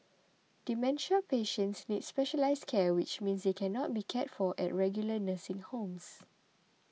dementia patients need specialised care which means they cannot be cared for at regular nursing homes